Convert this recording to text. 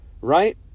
right